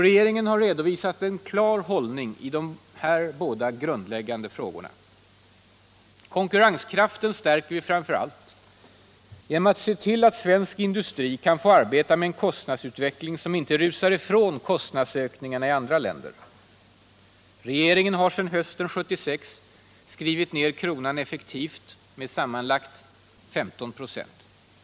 Regeringen har redovisat en klar hållning i de här båda grundläggande frågorna. Konkurrenskraften stärker vi framför allt genom att se till att svensk industri kan få arbeta med en kostnadsutveckling som inte rusar ifrån kostnadsökningarna i andra länder. Regeringen har sedan hösten 1976 skrivit ner kronan med sammanlagt effektivt ungefär 15 26.